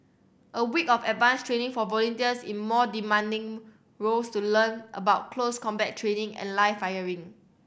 a week of advanced training for volunteers in more demanding roles to learn about close combat training and live firing